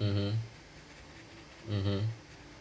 mmhmm mmhmm